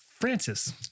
Francis